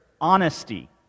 honesty